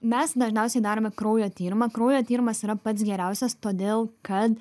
mes dažniausiai darome kraujo tyrimą kraujo tyrimas yra pats geriausias todėl kad